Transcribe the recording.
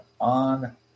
on